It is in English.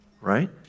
right